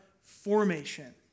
formation